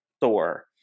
Thor